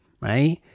right